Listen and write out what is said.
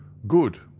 good!